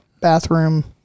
bathroom